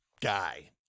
guy